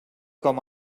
com